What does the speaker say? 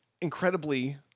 incredibly